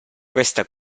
questa